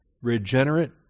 regenerate